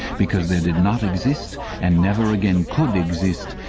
because there did not exist, and never again could exist,